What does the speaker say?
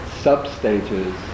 sub-stages